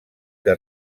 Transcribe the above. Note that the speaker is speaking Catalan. que